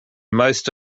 most